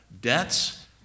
debts